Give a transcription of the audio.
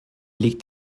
liegt